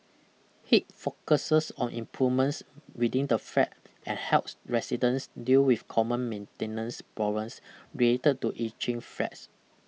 Hip focuses on improvements within the flat and helps residents deal with common maintenance problems related to ageing flats